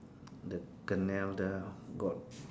the canal the got